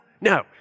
no